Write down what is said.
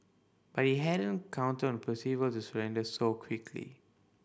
but he hadn't counted on Percival to surrender so quickly